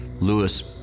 Lewis